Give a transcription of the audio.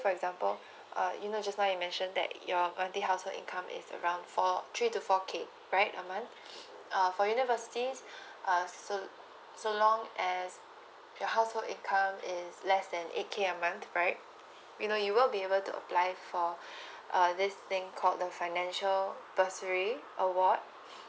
say for example uh you know just now mention that your monthly household income is around four three to four K right a month uh for universities uh so so long as your household income is less than eight K a month right you know you will be able to apply for uh this thing called the financial bursary award